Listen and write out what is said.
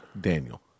Daniel